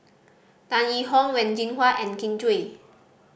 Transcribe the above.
Tan Yee Hong Wen Jinhua and Kin Chui